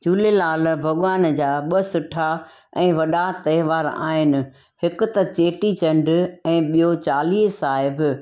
झूलेलाल भॻवान जा ॿ सुठा ऐं वॾा त्योहार आहिनि हिकु त चेटी चंडु ऐं ॿियो चालीहे साहिबु